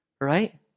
Right